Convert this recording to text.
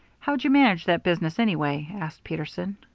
how'd you manage that business, anyway? asked peterson.